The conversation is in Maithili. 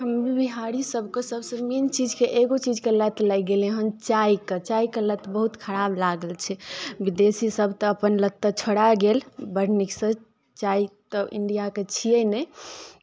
हम बिहारीसभके सभसँ मेन चीजके एगो चीजके लत लागि गेल हन चायके चायके लत बहुत खराब लागल छै विदेशीसभ तऽ अपन लत तऽ छोड़ा गेल बड़ नीकसँ चाय तऽ इंडियाके छियै नहि